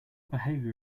behavior